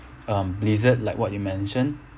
um blizzard like what you mention